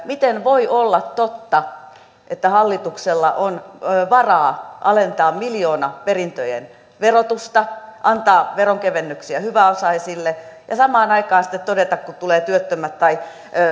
miten voi olla totta että hallituksella on varaa alentaa miljoonaperintöjen verotusta antaa veronkevennyksiä hyväosaisille ja samaan aikaan sitten todeta kun työttömät tai